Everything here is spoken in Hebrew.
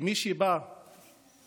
כמי שבא לכנסת,